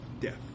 death